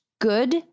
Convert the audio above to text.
good